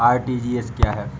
RTGS क्या है?